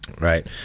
Right